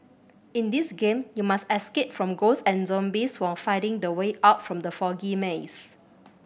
in this game you must escape from ghosts and zombies while finding the way out from the foggy maze